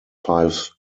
five